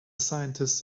scientist